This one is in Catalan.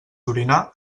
orinar